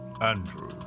Andrew